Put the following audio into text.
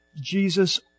Jesus